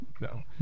no